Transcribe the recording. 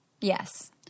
Yes